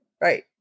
right